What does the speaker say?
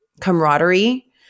camaraderie